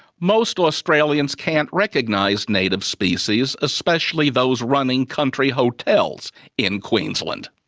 most australians can't recognise native species, especially those running country hotels in queensland.